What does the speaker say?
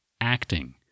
acting